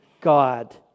God